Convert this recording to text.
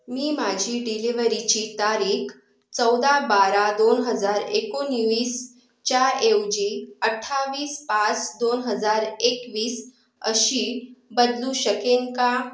मी माझी डिलिव्हरीची तारीख चौदा बारा दोन हजार एकोणवीसच्या ऐवजी अठ्ठावीस पाच दोन हजार एकवीस अशी बदलू शकेन का